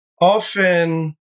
often